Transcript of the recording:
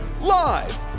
Live